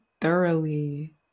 thoroughly